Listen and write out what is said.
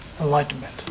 enlightenment